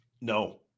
No